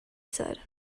said